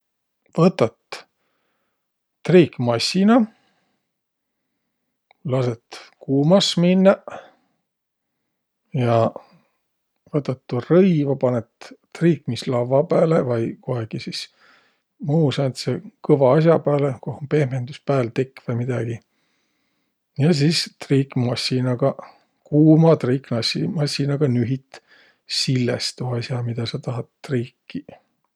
Võtat triikmassina, lasõt kuumas minnäq, ja võtat tuu rõiva, panõt triikmislavva pääle vai kohegi sis muu sääntse kõva as'a pääle, koh um pehmendüs pääl, tekk vai midägi, ja sis triikmassinagaq, kuuma triikmassinagaq nühit silles tuu as'a, midä sa tahat triikiq.